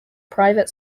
private